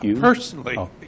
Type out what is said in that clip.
Personally